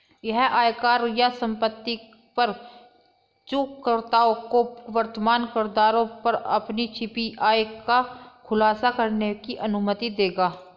यह आयकर या संपत्ति कर चूककर्ताओं को वर्तमान करदरों पर अपनी छिपी आय का खुलासा करने की अनुमति देगा